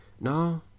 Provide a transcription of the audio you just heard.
no